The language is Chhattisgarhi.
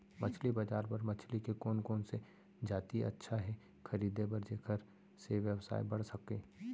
मछली बजार बर मछली के कोन कोन से जाति अच्छा हे खरीदे बर जेकर से व्यवसाय बढ़ सके?